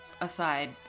aside